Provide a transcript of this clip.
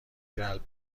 جلب